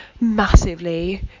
massively